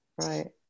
Right